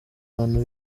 bantu